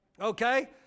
Okay